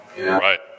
Right